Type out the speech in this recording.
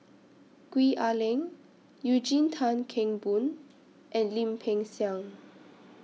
Gwee Ah Leng Eugene Tan Kheng Boon and Lim Peng Siang